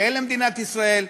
יאה למדינת ישראל,